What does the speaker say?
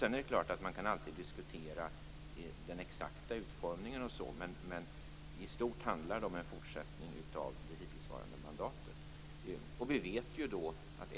Sedan är det klart att man alltid kan diskutera den exakta utformningen osv., men i stort handlar det om en fortsättning av det hittillsvarande mandatet.